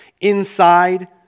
inside